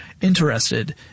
interested